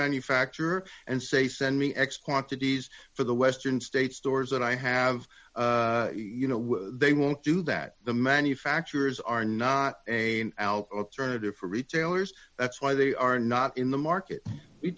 manufacturer and say send me x quantities for the western states stores that i have you know they won't do that the manufacturers are not a turn to for retailers that's why they are not in the market